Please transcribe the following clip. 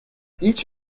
each